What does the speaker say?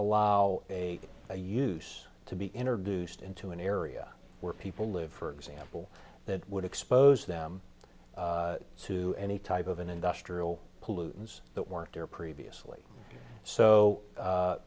allow a they use to be introduced into an area where people live for example that would expose them to any type of an industrial pollutants that weren't there previously so